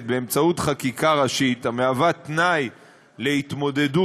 באמצעות חקיקה ראשית המהווה תנאי להתמודדות,